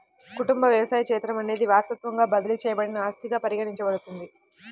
కుటుంబ వ్యవసాయ క్షేత్రం అనేది వారసత్వంగా బదిలీ చేయబడిన ఆస్తిగా పరిగణించబడుతుంది